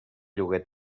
lloguer